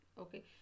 okay